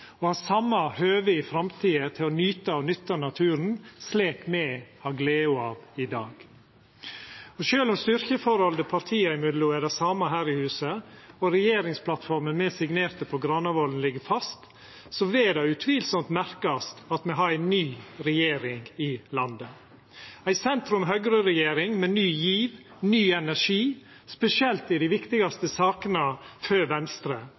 ha same høve i framtida til å nyta og nytta naturen, slik me har glede av i dag. Og sjølv om styrkeforholdet partia imellom er det same her i huset, og regjeringsplattforma me signerte på Granavolden, ligg fast, vil det utvilsamt merkast at me har ei ny regjering i landet, ei sentrum–høgre-regjering, med ny giv og ny energi, spesielt i dei viktigaste sakene for Venstre: